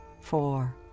four